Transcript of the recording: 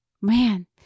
Man